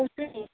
मो आउँछु नि